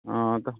ᱦᱮᱸ ᱛᱚ